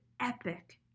epic